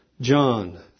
John